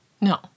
no